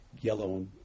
yellow